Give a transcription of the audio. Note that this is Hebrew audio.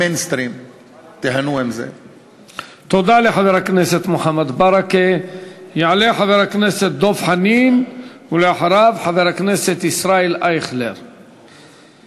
שמטרתן לצמצם או לבטל את היקף התמיכה שמעבירה המועצה לארגוני הספורט,